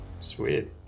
Sweet